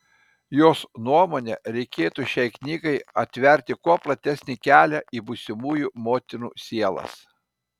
jos nuomone reikėtų šiai knygai atverti kuo platesnį kelią į būsimųjų motinų sielas